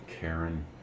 Karen